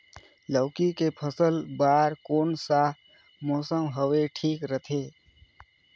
लौकी के फसल बार कोन सा मौसम हवे ठीक रथे?